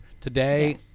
Today